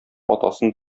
атасын